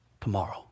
tomorrow